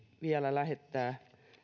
vielä lähettää